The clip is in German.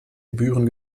gebühren